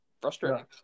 frustrating